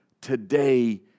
today